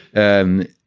and,